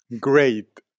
Great